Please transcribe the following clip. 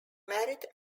married